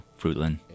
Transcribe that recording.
Fruitland